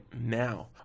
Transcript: now